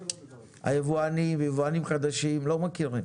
היבואנים ויבואנים חדשים לא מכירים.